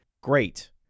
great